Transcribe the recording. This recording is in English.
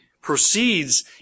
proceeds